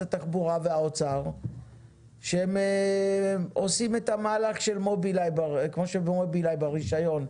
התחבורה והאוצר שהם עושים את המהלך כמו של מובילאיי ברישיון,